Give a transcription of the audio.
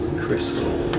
Crystal